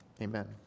Amen